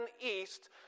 east